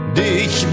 dich